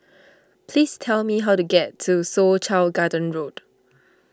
please tell me how to get to Soo Chow Garden Road